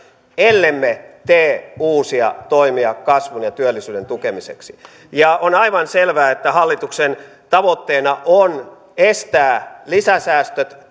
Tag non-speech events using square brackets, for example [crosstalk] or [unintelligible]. ellemme tee uusia toimia kasvun ja työllisyyden tukemiseksi on aivan selvää että hallituksen tavoitteena on estää lisäsäästöt [unintelligible]